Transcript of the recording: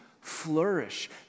flourish